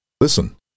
Listen